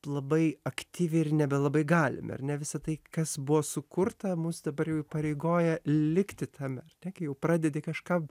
labai aktyviai ir nebelabai galime ar ne visa tai kas buvo sukurta mus dabar jau įpareigoja likti tame ar ne kai jau pradedi kažką